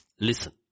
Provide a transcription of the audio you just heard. Listen